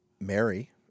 Mary